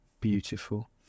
Beautiful